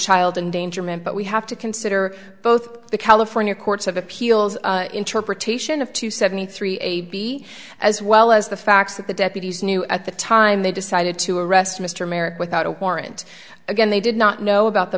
child endangerment but we have to consider both the california courts of appeals interpretation of two seventy three a b as well as the facts that the deputies knew at the time they decided to arrest mr merrick without a warrant again they did not know about the